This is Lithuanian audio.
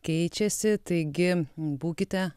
keičiasi taigi būkite